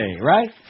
right